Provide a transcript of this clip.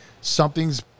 something's